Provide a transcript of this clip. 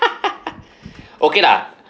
okay lah